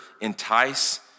entice